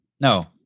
no